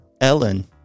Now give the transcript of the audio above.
Ellen